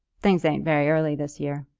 things ain't very early this year.